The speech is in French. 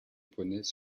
poneys